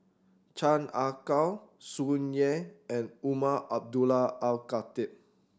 Chan Ah Kow Tsung Yeh and Umar Abdullah Al Khatib